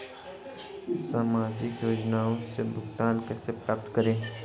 सामाजिक योजनाओं से भुगतान कैसे प्राप्त करें?